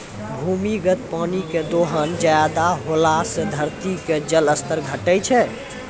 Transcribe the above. भूमिगत पानी के दोहन ज्यादा होला से धरती के जल स्तर घटै छै